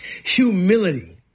humility